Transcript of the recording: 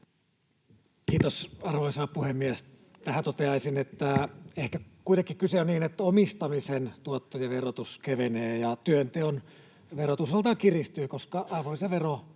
Kiitos, arvoisa puhemies! Tähän toteaisin, että ehkä kuitenkin kyse on siitä, että omistamisen tuotto ja verotus kevenevät ja työnteon verotus kiristyy, [Miko